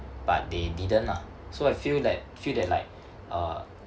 but they didn't lah so I feel that feel that like uh